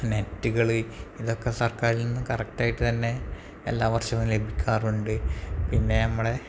നെറ്റുകൾ ഇതൊക്കെ സർക്കാറിൽ നിന്ന് കറക്റ്റായിട്ടു തന്നെ എല്ലാ വർഷവും ലഭിക്കാറുണ്ട് പിന്നെ നമ്മുടെ